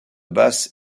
basse